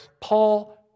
Paul